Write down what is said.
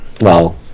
Wow